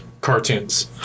cartoons